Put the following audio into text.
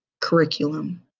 curriculum